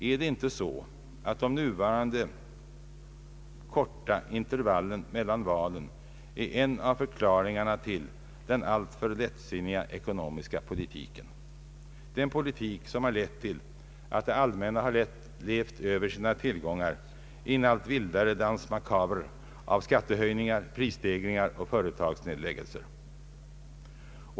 Är det inte så att de hittillsvarande korta intervallen mellan valen är en av förklaringarna till den alltför lättsinniga ekonomiska politiken, den politik som lett till att det allmänna levt över sina tillgångar i en allt vildare danse macabre av skattehöjningar, prisstegringar och företagsnedläggelser?